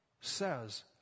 says